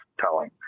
telling